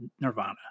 Nirvana